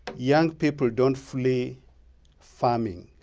young people don't flee farming,